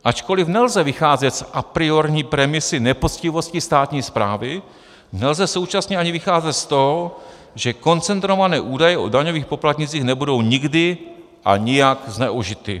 Ačkoliv nelze vycházet z apriorní premisy nepoctivosti státní správy, nelze současně ani vycházet z toho, že koncentrované údaje o daňových poplatnících nebudou nikdy a nijak zneužity.